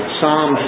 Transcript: Psalm